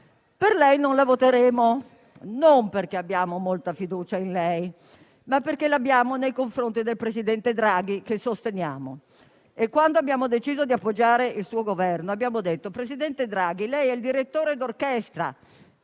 Per lei non la voteremo, non perché abbiamo molta fiducia in lei, ma perché l'abbiamo nei confronti del presidente Draghi che sosteniamo e quando abbiamo deciso di appoggiare il suo Governo abbiamo detto: presidente Draghi, lei è il direttore d'orchestra,